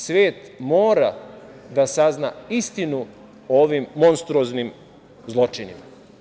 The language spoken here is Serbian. Svet mora da sazna istinu o ovim monstruoznim zločinima.